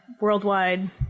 worldwide